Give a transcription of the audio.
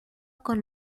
con